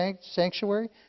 sanctuary